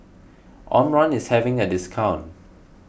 Omron is having a discount